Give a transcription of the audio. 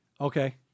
Okay